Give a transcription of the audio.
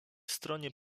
stronie